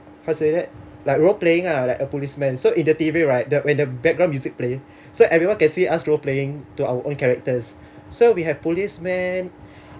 how to say that like role playing ah like a policeman so in the T_V right when the background music playing so everyone can see us role playing to our own characters so we have policeman